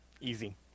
easy